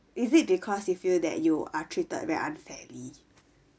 is it because you feel that you are treated very unfairly